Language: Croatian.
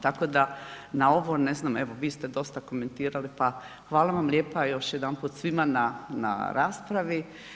Tako da na ovo ne znam, evo vi ste dosta komentirali, pa hvala vam lijepa još jedanput svima na raspravi.